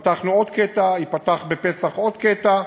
פתחנו עוד קטע, וייפתח בפסח עוד קטע.